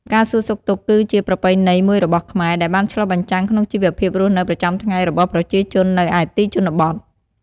ការសួរសុខទុក្ខគឺ ជាប្រពៃណីមួយរបស់ខ្មែរ ដែលបានឆ្លុះបញ្ចាំងក្នុងជីវភាពរស់នៅប្រចាំថ្ងៃរបស់ប្រជាជននៅឯទីជនបទ។